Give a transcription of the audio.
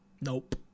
Nope